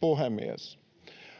Puhemies!